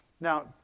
Now